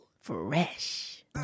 Fresh